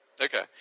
Okay